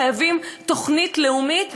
חייבים תוכנית לאומית.